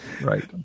Right